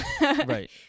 Right